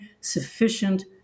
sufficient